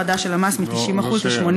כבר אישרה הורדה של המס מ-90% ל-83%.